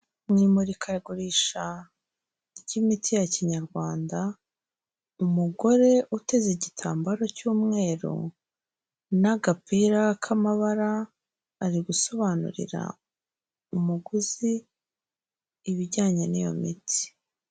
Mu imurikagurisha ry'imiti ya kinyarwanda, umugore uteze igitambaro cy'umweru n'agapira k'amabara, ari gusobanurira umuguzi ibijyanye n'iyo miti.